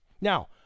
Now